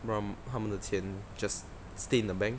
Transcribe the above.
让他们的钱 just stay in the bank